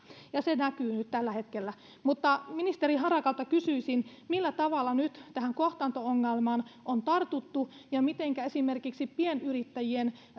ja se näkyy nyt tällä hetkellä ministeri harakalta kysyisin millä tavalla nyt tähän kohtaanto ongelmaan on tartuttu mitenkä esimerkiksi pienyrittäjien